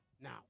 Now